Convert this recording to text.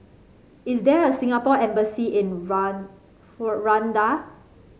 is there a Singapore Embassy in Rwanda